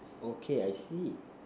okay I see